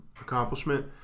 accomplishment